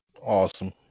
Awesome